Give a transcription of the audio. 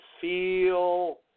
feel